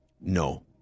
No